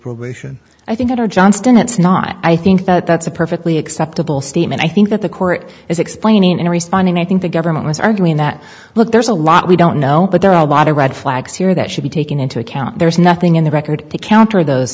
probation i think that our johnston it's not i think that that's a perfectly acceptable statement i think that the court is explaining and responding i think the government is arguing that look there's a lot we don't know but there are a lot of red flags here that should be taken into account there is nothing in the record to counter those